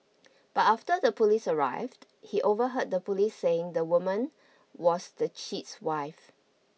but after the police arrived he overheard the police saying the woman was the cheat's wife